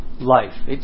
life